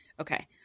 Okay